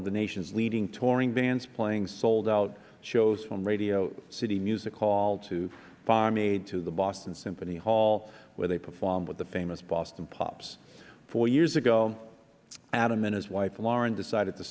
of the nation's leading touring bands playing sold out shows from radio city music hall to farm aid to the boston symphony hall where they performed with the famous boston pops four years ago adam and his wife lauren decided to